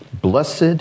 Blessed